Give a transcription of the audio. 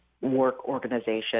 work-organization